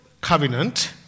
covenant